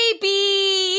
baby